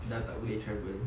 dah tak boleh travel